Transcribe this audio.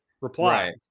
reply